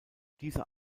dieser